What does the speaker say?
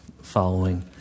following